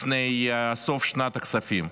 לפני סוף שנת הכספים.